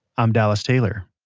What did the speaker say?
i'm dallas taylor